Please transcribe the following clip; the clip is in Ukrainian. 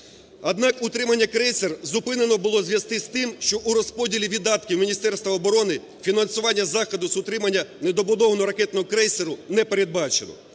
Однак утримання крейсера зупинено було в зв'язку з тим, що у розподілі видатків в Міністерстві оборони фінансування заходу з утримання недобудованого ракетного крейсеру не передбачено.